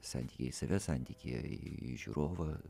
santykyje į save santykyje į į žiūrovą